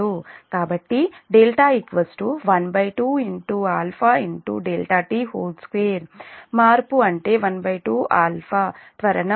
కాబట్టి δ 12 α ∆t2 మార్పు అంటే 12 α త్వరణం ∆t2అవుతుంది